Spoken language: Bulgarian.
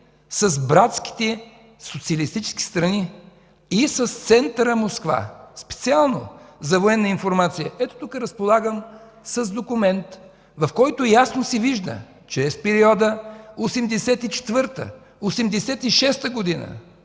с братските социалистически страни и с центъра Москва, специално за военна информация. Тук разполагам с документ, в който ясно се вижда, че в периода 1984 – 1986 г.